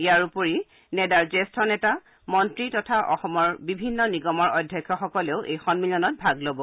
ইয়াৰ উপৰি নেডাৰ জ্যেষ্ঠ নেতা মন্ত্ৰী তথা অসমৰ বিভিন্ন নিগমৰ অধ্যক্ষসকলেও সন্মিলনত ভাগ ল'ব